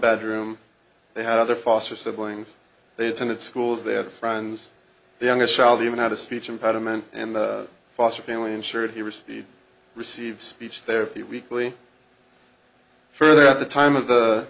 bedroom they had other foster siblings they attended schools they had friends the youngest child even had a speech impediment and the foster family ensured he received received speech therapy weekly further at the time of the